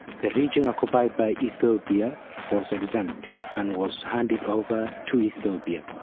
the region occupied by ethiopia was exempt, and was handed over to ethiopia.